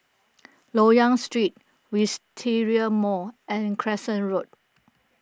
Loyang Street Wisteria Mall and Crescent Road